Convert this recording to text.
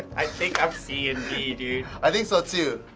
i think i'm c and b, dude. i think so too.